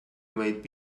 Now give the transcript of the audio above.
might